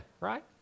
right